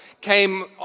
came